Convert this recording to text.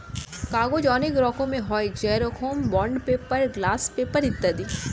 কাগজ অনেক রকমের হয়, যেরকম বন্ড পেপার, গ্লাস পেপার ইত্যাদি